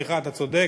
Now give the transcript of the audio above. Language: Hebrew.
סליחה, אתה צודק.